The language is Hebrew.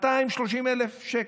230,000 שקל.